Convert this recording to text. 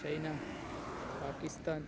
China Pakistan